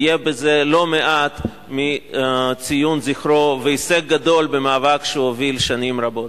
יהיה בזה לא מעט מציון זכרו והישג גדול במאבק שהוא הוביל שנים רבות.